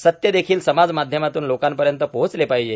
सत्य देखील समाज माध्यमातून लोकांपर्यंत पोहोचले पाहीजे